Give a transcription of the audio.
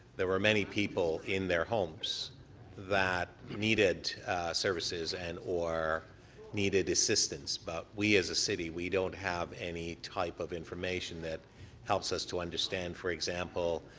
there were many people in their homes that needed services and or needed assistance, but we as a city, we don't have any type of information that helps us to understand, for example,